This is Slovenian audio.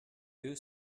bil